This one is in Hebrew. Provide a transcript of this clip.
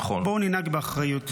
בואו ננהג באחריות.